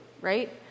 right